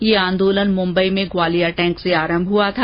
यह आंदोलन मुम्बई में ग्वालिया टैंक से आरम्भ हुआ था